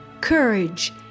Courage